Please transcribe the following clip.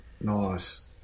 nice